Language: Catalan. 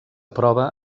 prova